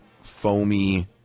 foamy